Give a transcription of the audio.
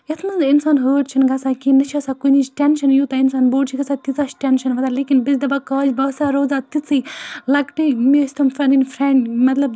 یَتھ منٛز نہٕ اِنسان ہٲٹ چھُنہٕ گژھان کِہیٖنۍ نہ چھِ آسان کُنِچ ٹٮ۪نشَن یوٗتاہ اِنسان بوٚڈ چھِ گژھان تیٖژاہ چھِ ٹٮ۪نشَن وۄتھان لیکِن بہٕ چھَس دَپان کاش بہٕ ہسا روزٕ ہا تِژٕے لۄکٹٕے مےٚ ٲسۍ تِم پَنٕنۍ فَرٛٮ۪نٛڈ مطلب